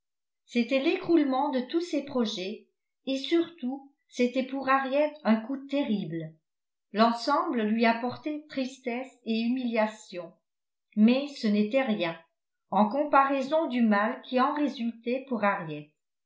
c'était l'écroulement de tous ses projets et surtout c'était pour harriet un coup terrible l'ensemble lui apportait tristesse et humiliation mais ce n'était rien en comparaison du mal qui en résultait pour harriet